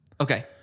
Okay